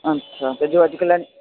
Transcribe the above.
अच्छा जो अॼुकल्ह